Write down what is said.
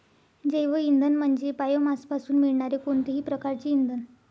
जैवइंधन म्हणजे बायोमासपासून मिळणारे कोणतेही प्रकारचे इंधन